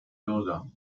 bürger